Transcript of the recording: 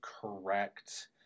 correct